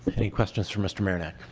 any questions for mr. merna?